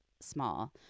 small